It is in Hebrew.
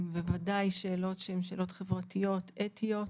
הן בוודאי שאלות שהן שאלות חברתיות, אתיות,